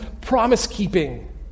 promise-keeping